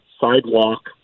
sidewalk